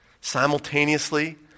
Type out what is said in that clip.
Simultaneously